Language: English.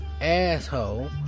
asshole